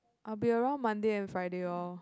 I'll be around Monday and Friday oh